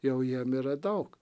jau jiem yra daug